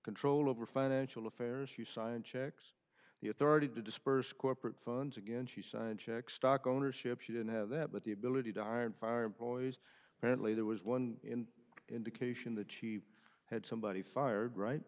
control of your financial affairs you sign checks the authority to disperse corporate funds again she sighed check stock ownership she didn't have that but the ability to hire and fire employees mentally there was one in indication that she had somebody fired right